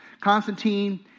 Constantine